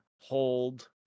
hold